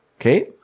okay